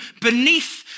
beneath